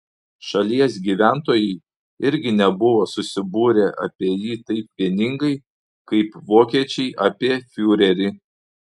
šalies gyventojai irgi nebuvo susibūrę apie jį taip vieningai kaip vokiečiai apie fiurerį